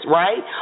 right